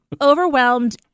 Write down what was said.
overwhelmed